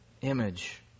image